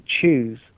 choose